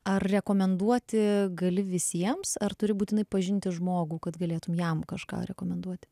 ar rekomenduoti gali visiems ar turi būtinai pažinti žmogų kad galėtum jam kažką rekomenduoti